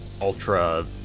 ultra